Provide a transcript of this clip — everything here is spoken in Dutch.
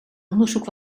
onderzoek